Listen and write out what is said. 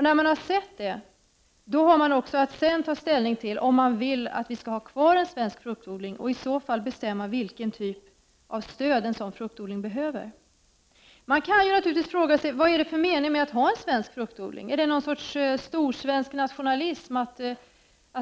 När man har sett det har man sedan att ta ställning till om någon svensk fruktodling skall vara kvar och därefter besluta vilket stöd en sådan fruktodling behöver. Man kan naturligtvis också fråga: Är det någon mening med att ha en svensk fruktodling? Är det någon sorts storsvensk nationalism att